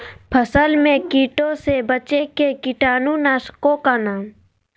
फसल में कीटों से बचे के कीटाणु नाशक ओं का नाम?